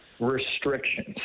restrictions